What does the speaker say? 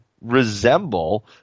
resemble